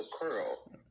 curl